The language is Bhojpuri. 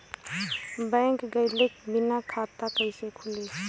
बैंक गइले बिना खाता कईसे खुली?